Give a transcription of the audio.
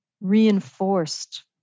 reinforced